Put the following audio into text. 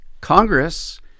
Congress